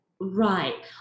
Right